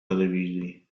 telewizji